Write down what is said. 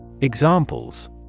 Examples